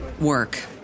work